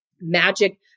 magic